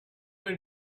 were